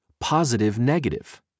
positive-negative